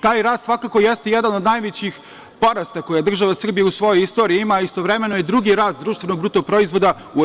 Taj rast svakako jeste jedan od najvećih porasta koji država Srbija u svojoj istoriji ima, a istovremeno je drugi rast društvenog bruto proizvoda u